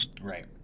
Right